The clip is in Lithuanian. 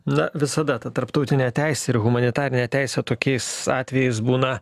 na visada ta tarptautinė teisė ir humanitarinė teisė tokiais atvejais būna